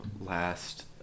last